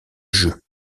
jeu